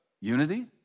unity